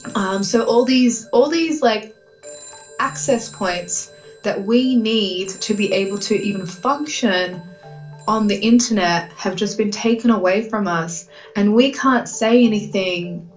um so all these all these like access points that we need to be able to even function on the internet have just been taken away from us and we can't say anything.